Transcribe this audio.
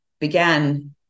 began